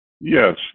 Yes